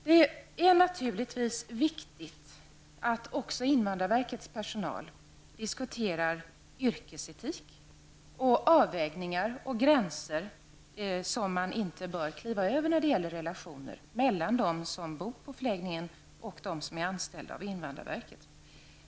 Det är naturligtvis viktigt att också invandrarverkets personal diskuterar yrkesetik, avvägningar och gränser som man inte bör kliva över när det gäller relationer mellan dem som bor i förläggning och de som är anställda av invandrarverket.